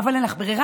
אבל אין לך ברירה.